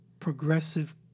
progressive